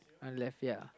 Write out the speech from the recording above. I left ya